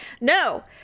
no